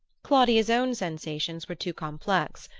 claudia's own sensations were too complex,